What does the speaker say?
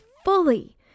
fully